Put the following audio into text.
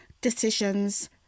decisions